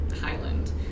Highland